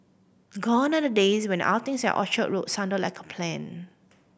gone are the days when outings at Orchard Road sounded like a plan